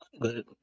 good